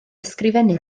ysgrifennu